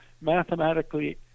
mathematically